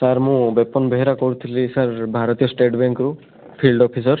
sir ମୁଁ ବିପିନ୍ ବେହେରା କହୁଥିଲି sir Bharatiya state bank ରୁ ଫିଲ୍ଡ ଅଫିସର୍